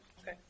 Okay